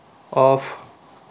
off